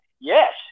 Yes